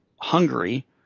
Hungary